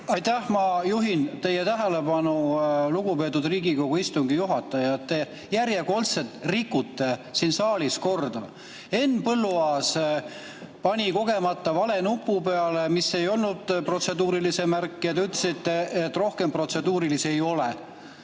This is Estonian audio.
Aitäh! Ma juhin teie tähelepanu, lugupeetud Riigikogu istungi juhataja, et te järjekordselt rikute siin saalis korda. Henn Põlluaas [vajutas] kogemata vale nupu peale, millel ei olnud protseduurilise märki. Te ütlesite, et rohkem protseduurilisi ei ole,